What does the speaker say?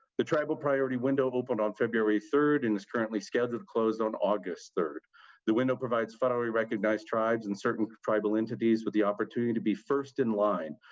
the tribal priority window opened on february third, and is currently scheduled to close on august third the window provides federally recognized tribes and certainly tribal entities with the opportunity to be first in line,